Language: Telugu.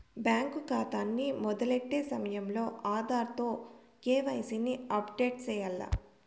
బ్యేంకు కాతాని మొదలెట్టే సమయంలో ఆధార్ తో కేవైసీని అప్పుడేటు సెయ్యాల్ల